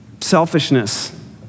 selfishness